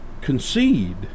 concede